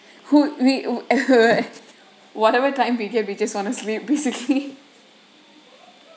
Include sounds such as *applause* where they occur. who we *noise* whatever time we came we just honestly basically